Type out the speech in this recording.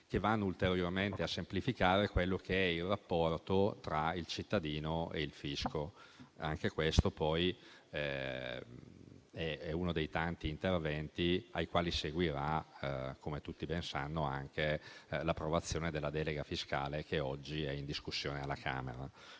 che vanno ulteriormente a semplificare il rapporto tra il cittadino e il fisco. È uno dei tanti interventi ai quali seguirà, come tutti ben sanno, l'approvazione della delega fiscale, attualmente in discussione alla Camera.